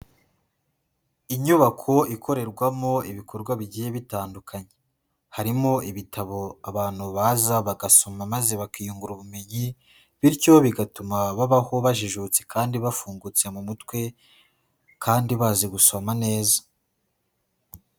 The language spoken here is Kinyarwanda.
Inyubako ikorerwamo ibikorwa bigiye bitandukanye, harimo ibitabo abantu baza bagasoma maze bakiyungura ubumenyi, bityo bigatuma babaho bajijutse kandi bafungutse mu mutwe kandi bazi gusoma neza.